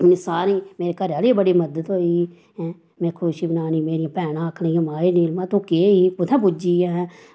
में सारें घरे आह्लें बड़ी मदद होई हैं में खुश मेरी भैनां आखन लगियां माए नीलमा तूं केह् ही कुत्थें पुज्जी ऐं